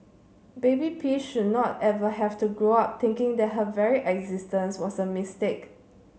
baby P should not ever have to grow up thinking that her very existence was a mistake